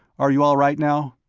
are you all right, now?